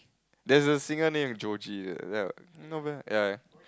there's a singer name ya